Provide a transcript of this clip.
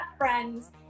friends